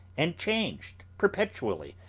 and changed perpetually,